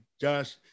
Josh